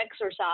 exercise